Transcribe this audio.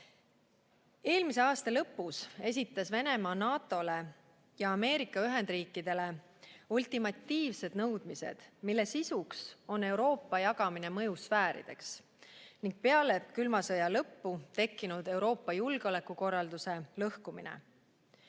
Eelmise aasta lõpus esitas Venemaa NATO-le ja Ameerika Ühendriikidele ultimatiivsed nõudmised, mille sisuks on Euroopa jagamine mõjusfäärideks ning peale külma sõja lõppu tekkinud Euroopa julgeolekukorralduse lõhkumine.